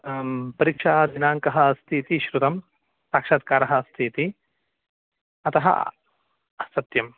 परिक्षादिनाङ्कः अस्ति इति श्रुतं साक्षात्कारः अस्ति इति अतः सत्यं